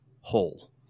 whole